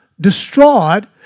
Destroyed